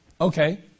Okay